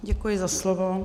Děkuji za slovo.